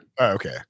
Okay